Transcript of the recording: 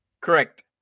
Correct